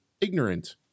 ignorant